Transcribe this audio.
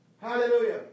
Hallelujah